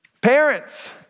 Parents